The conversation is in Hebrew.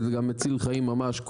וזה גם מציל חיים ממש.